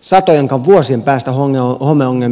satojenkaan vuosien päästä homeongelmia